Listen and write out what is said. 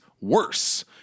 worse